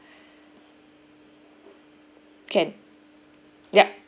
can yup